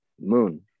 moon